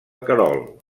querol